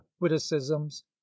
witticisms